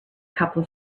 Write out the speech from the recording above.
couple